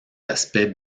aspects